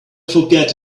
forget